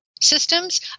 systems